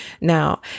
Now